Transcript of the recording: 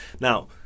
Now